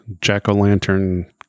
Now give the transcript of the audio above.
Jack-o'-lantern